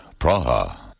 Praha